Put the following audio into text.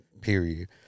period